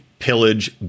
pillage